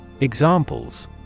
Examples